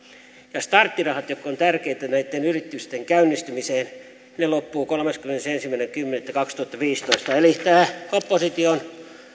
ja starttirahat jotka ovat tärkeitä näitten yritysten käynnistymiseen loppuvat kolmaskymmenesensimmäinen kymmenettä kaksituhattaviisitoista eli tämä opposition